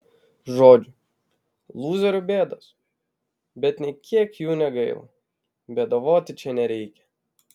žodžiu lūzerių bėdos bet nė kiek jų negaila bėdavoti čia nereikia